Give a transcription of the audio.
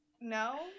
No